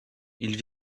ils